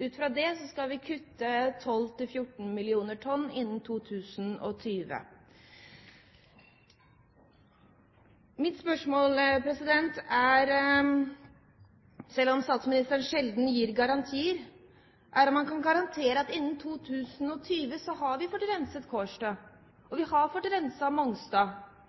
Ut fra det skal vi kutte 12–14 millioner tonn CO2 innen 2020. Selv om statsministeren sjelden gir garantier, er mitt spørsmål om han kan garantere at vi innen 2020 har fått renset Kårstø, og vi har fått renset Mongstad.